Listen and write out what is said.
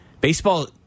baseball